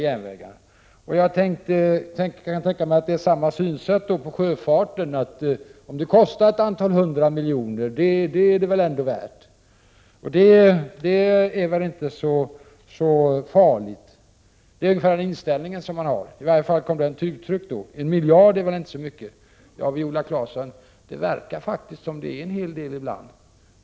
Jag kan tänka mig att det är samma synsätt på sjöfarten: Låt det kosta några hundratal miljoner, det är det väl ändå värt! Det är ungefär den inställningen man har — en miljard är väl inte så mycket? Jo, Viola Claesson, det verkar faktiskt som om det är en hel del ibland.